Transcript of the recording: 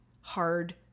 hard